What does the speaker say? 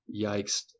Yikes